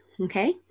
okay